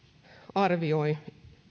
arvioi